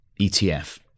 ETF